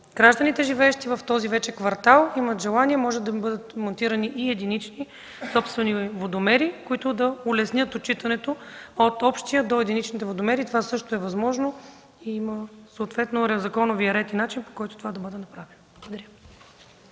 гражданите, живеещи в този квартал, имат желание, могат да им бъдат монтирани и единични, собствени водомери, които да улеснят отчитането от общия до единичните водомери. Това също е възможно и има съответен законов ред и начин, по който това да бъде направено. Благодаря.